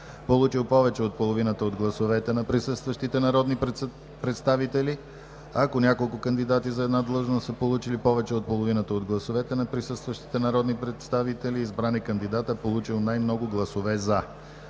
получил повече от половината от гласовете на присъстващите народни представители, а ако няколко кандидати за една длъжност са получили повече от половината от гласовете на присъстващите народни представители, избран е кандидатът, получил най-много гласове „за“.